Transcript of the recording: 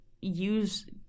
use